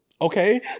Okay